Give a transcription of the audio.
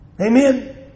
Amen